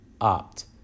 opt